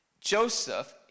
joseph